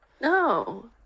No